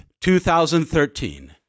2013